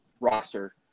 roster